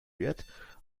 wird